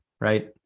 right